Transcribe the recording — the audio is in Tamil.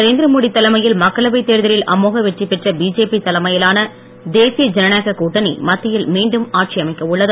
நரேந்திரமோடி தலைமையில் மக்களவைத் தேர்தலில் அமோக வெற்றி பெற்ற பிஜேபி தலைமையிலான தேசிய ஜனநாயக கூட்டணி மத்தியில் மீண்டும் ஆட்சியமைக்க உள்ளது